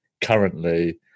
currently